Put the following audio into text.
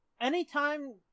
anytime